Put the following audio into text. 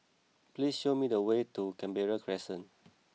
please show me the way to Canberra Crescent